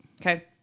Okay